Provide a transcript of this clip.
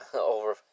over